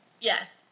Yes